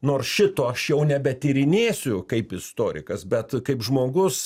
nors šito aš jau nebe tyrinėsiu kaip istorikas bet kaip žmogus